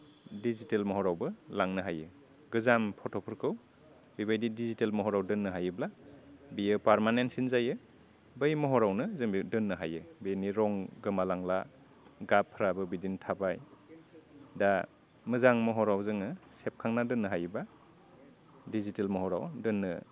digital महरावबो लांनो हायो गोजाम फट'फोरखौ बेबायदि डिजिटेल महराव दोननो हायोब्ला बियो फारमानेन्टसिन जायो बै महरावनो जों बे दोननो हायो बेनि रं गोमालांला गाबफ्राबो बिदिनो थाबाय दा मोजां महराव जोङो सेबखांना दोननो हायो बा डिजिटेल महराव दोननो